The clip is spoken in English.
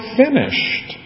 finished